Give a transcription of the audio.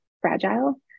fragile